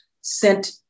sent